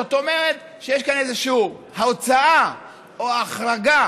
זאת אומרת שיש כאן איזושהי הוצאה או החרגה